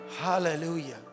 Hallelujah